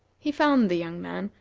he found the young man,